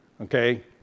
Okay